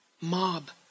mob